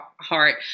heart